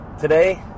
Today